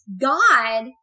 God